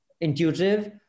intuitive